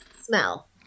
smell